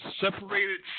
separated